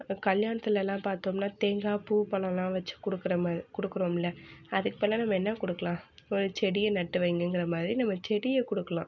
கல்யாணத்திலல்லாம் பார்த்தோம்ன்னா தேங்காய் பூ பழம்லாம் வச்சு கொடுக்குற மாதிரி கொடுக்குறோம்ல அதுக்கு பதிலாக நம்ம என்ன கொடுக்கலாம் ஒரு செடியை நட்டு வைங்கங்கிற மாதிரி நம்ம செடியை கொடுக்கலாம்